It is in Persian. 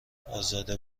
ازاده